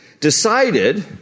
decided